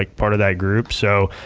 like part of that group. so,